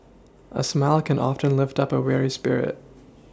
a smile can often lift up a weary spirit